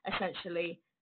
essentially